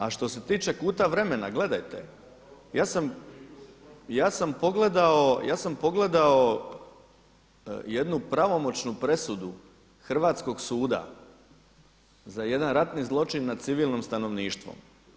A što se tiče kuta vremena, gledajte ja sam pogledao jednu pravomoćnu presudu hrvatskog suda za jedan ratni zločin nad civilnim stanovništvom.